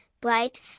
bright